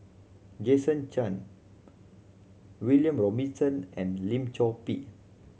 Jason Chan William Robinson and Lim Chor Pee